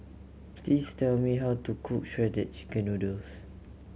please tell me how to cook Shredded Chicken Noodles